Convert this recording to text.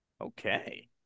Okay